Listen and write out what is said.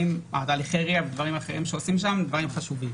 תהליכי RIA ודברים אחרים שעושים שם הם דברים חשובים.